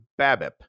BABIP